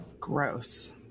gross